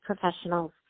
professionals